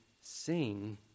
sing